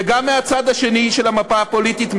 וגם מהצד השני של המפה הפוליטית,